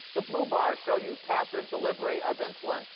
the blue bars show you passive delivery of insulin.